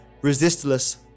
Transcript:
resistless